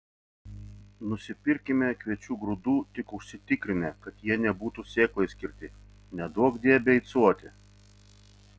nusipirkime kviečių grūdų tik užsitikrinę kad jie nebūtų sėklai skirti neduokdie beicuoti